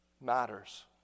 matters